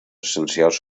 essencials